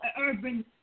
Urban